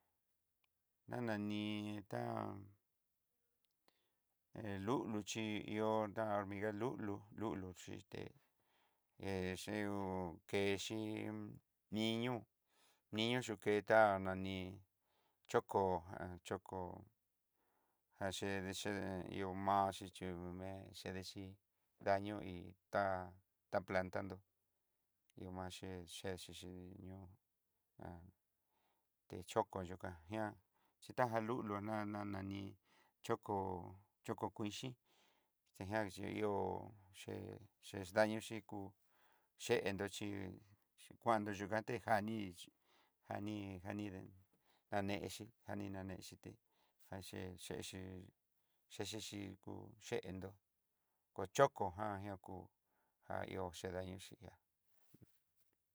Ha nani tá he lulu chí ihó tá nrige lulu, lulu xhité hé che hú kexi niñu niñu yuketá'a nani choko choko jaché de ché ihó maxí ché ihó mé chedexhí daño hi tá taplantandó ihómaye yeyexhí ñió choko yokan ihan chitaja lulu nana nani choko, choko kuixhi tejian xhi ihó ché chex dañoxhí, kú yendó xhí kuando yuka tejani jani jani dendo janexi jani nanexhité jaché xhexi xhexhexí kú chendó kó choko jan ña ko jaxió dañoxhi ihá.